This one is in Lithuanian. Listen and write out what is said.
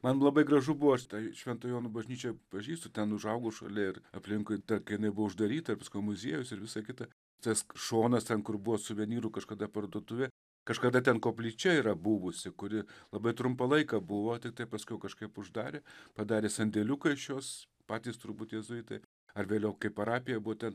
man labai gražu buvo aš tą švento jono bažnyčią pažįstu ten užaugau šalia ir aplinkui ta kai jinai buvo uždaryta ir muziejus ir visa kita tas šonas ten kur buvo suvenyrų kažkada parduotuvė kažkada ten koplyčia yra buvusi kuri labai trumpą laiką buvo tiktai paskui kažkaip uždarė padarė sandėliuką iš jos patys turbūt jėzuitai ar vėliau kai parapija buvo ten